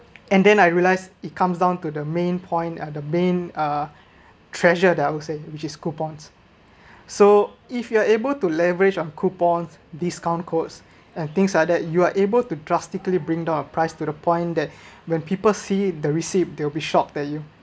and then I realised it comes down to the main point at the main uh treasure that I would say which is coupons so if you are able to leverage on coupons discount codes and things are that you are able to drastically bring down a price to the point that when people see the receipt they will be shocked at you